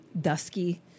dusky